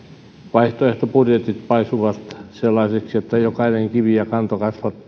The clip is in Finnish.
vaihtoehtobudjetit paisuvat sellaisiksi että jokainen kivi ja kanto